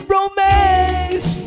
Romance